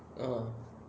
uh